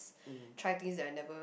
try things that I never